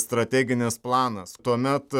strateginis planas tuomet